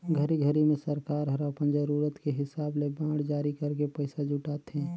घरी घरी मे सरकार हर अपन जरूरत के हिसाब ले बांड जारी करके पइसा जुटाथे